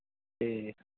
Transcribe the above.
ਅਤੇ